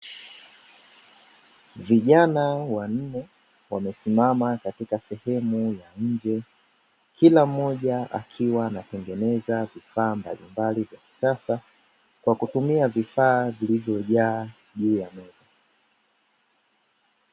Vijana wanne wamesimama katika sehemu ya nje, kila mmoja akiwa anatengeneza vifaa mbalimbali vya kisasa kwa kutumia vifaa vilivyojaa juu ya meza.